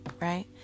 right